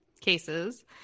cases